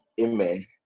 Amen